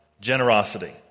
generosity